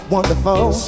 Wonderful